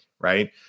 right